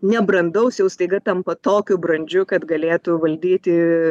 nebrandaus jau staiga tampa tokiu brandžiu kad galėtų valdyti